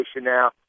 now